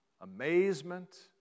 amazement